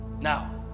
Now